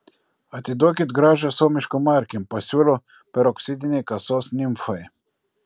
atiduokit grąžą suomiškom markėm pasiūliau peroksidinei kasos nimfai